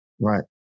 right